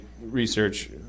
research